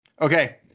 Okay